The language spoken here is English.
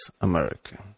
America